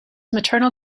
maternal